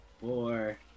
four